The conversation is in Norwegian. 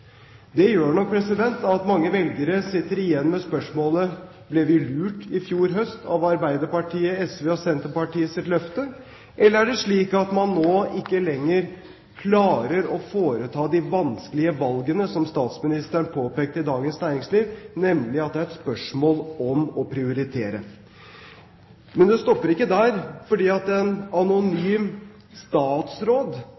Det gjør nok at mange velgere sitter igjen med spørsmålet: Ble vi lurt i fjor høst av løftet til Arbeiderpartiet, SV og Senterpartiet? Eller er det slik at man nå ikke lenger klarer å foreta de vanskelige valgene som statsministeren påpekte i Dagens Næringsliv, nemlig at det er et spørsmål om å prioritere? Men det stopper ikke der, for en anonym statsråd i den rød-grønne regjeringen, en